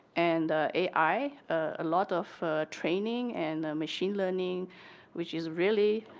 and ai, a lot of training and machine learning which is really